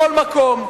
בכל מקום.